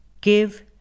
Give